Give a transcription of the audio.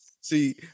See